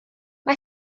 mae